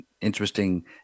interesting